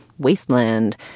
wasteland